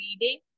reading